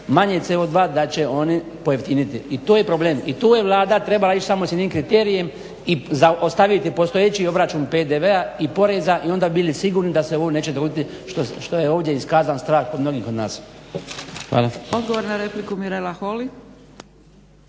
manje CO2 da će oni pojeftiniti i to je problem, i tu je Vlada trebala ići samo s jednim kriterijem i ostaviti postojeći obračun PDV-a i poreza i onda bi bili sigurni da se ovo neće dogoditi što je ovdje iskazan strah od mnogih od nas.